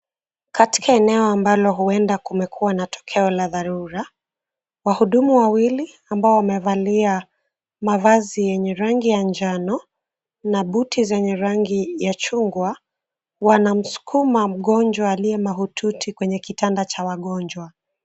Katika eneo ambalo huenda kume kuwa na tokeo la dharura. Wahudumu wawili ambao wamevalia mavazi yenye rangi ya njano na buti zenye rangi ya chungwa, wanamsukuma mgonjwa aliyemahututi kwenye kitanda cha wagonjwa.